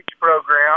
program